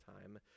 time